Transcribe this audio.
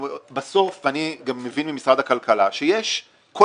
בסוף אני גם מבין ממשרד הכלכלה שיש כל